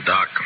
Doc